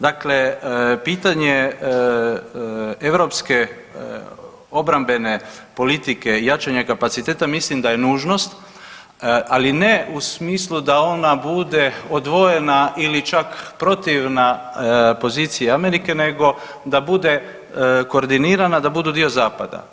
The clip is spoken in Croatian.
Dakle, pitanje europske obrambene politike i jačanja kapaciteta mislim da je nužnost, ali ne u smislu da ona bude odvojena ili čak protivna pozicija Amerike nego da bude koordinirana da budu dio zapada.